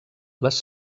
les